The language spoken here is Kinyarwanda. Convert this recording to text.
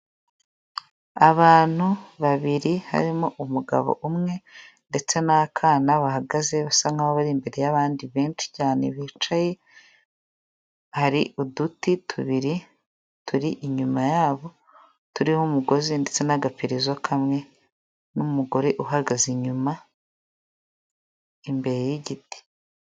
Abantu babiri harimo umugabo umwe ndetse n'akana bahagaze basa nk'aho bari imbere y'abandi benshi cyane bicaye, hari uduti tubiri turi inyuma yabo, turiho umugozi ndetse n'agapirizo kamwe n'umugore uhagaze inyuma imbere y'igiti.